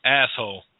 asshole